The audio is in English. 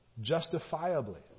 justifiably